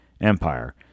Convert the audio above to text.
Empire